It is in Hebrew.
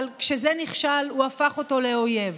אבל כשזה נכשל הוא הפך אותו לאויב.